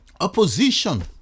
Opposition